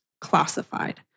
classified